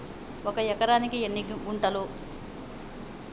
ఒక ఎకరానికి ఎన్ని గుంటలు?